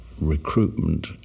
recruitment